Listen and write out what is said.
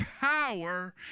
power